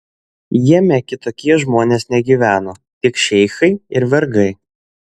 jame kitokie žmonės negyveno tik šeichai ir vergai